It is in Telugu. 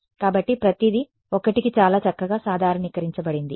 కాబట్టి ప్రతిదీ 1 కి చాలా చక్కగా సాధారణీకరించబడింది